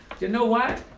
you know what?